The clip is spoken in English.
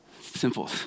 Simple